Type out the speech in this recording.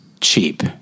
cheap